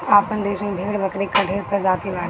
आपन देस में भेड़ बकरी कअ ढेर प्रजाति बाटे